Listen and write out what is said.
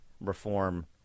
reform